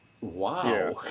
wow